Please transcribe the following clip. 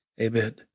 Amen